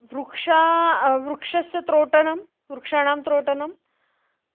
वृक्षाः वृक्षस्य त्रोटनं वृक्षाणां त्रोटनं